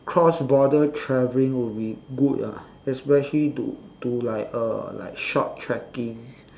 cross border traveling will be good ah especially to to like uh like short trekking